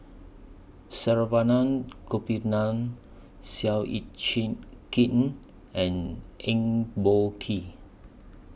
Saravanan Gopinathan Seow Yit Kin and Eng Boh Kee